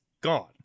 gone